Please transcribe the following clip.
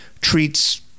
treats